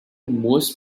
most